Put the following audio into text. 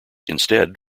instead